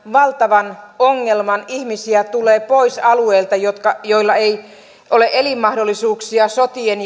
valtavan ongelman ihmisiä tulee pois alueilta joilla ei ole elinmahdollisuuksia sotien